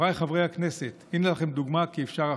חבריי חברי הכנסת, הינה לכם דוגמה כי אפשר אחרת.